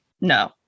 No